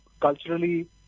culturally